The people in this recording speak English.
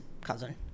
cousin